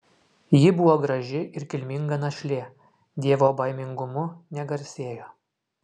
ji buvo graži ir kilminga našlė dievobaimingumu negarsėjo